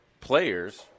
players